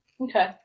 Okay